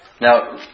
Now